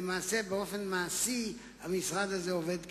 באופן מעשי המשרד הזה עובד כשנה,